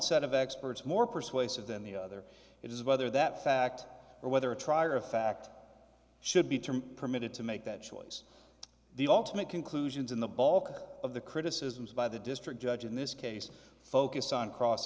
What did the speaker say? set of experts more persuasive than the other it is whether that fact or whether trier of fact should be term permitted to make that choice the ultimate conclusions in the bulk of the criticisms by the district judge in this case focused on cross